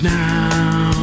now